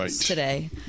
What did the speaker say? today